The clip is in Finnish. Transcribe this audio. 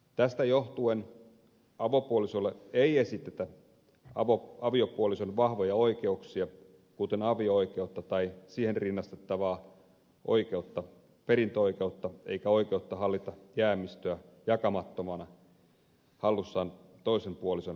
tästä johtuen avopuolisolle ei esitetä aviopuolison vahvoja oikeuksia kuten avio oikeutta tai siihen rinnastettavaa oikeutta perintöoikeutta eikä oikeutta hallita jäämistöä jakamattomana hallussaan toisen puolison kuoleman jälkeen